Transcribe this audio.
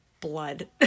blood